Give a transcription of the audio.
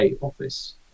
office